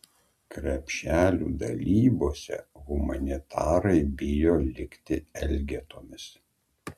krepšelių dalybose humanitarai bijo likti elgetomis